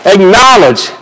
Acknowledge